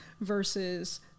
versus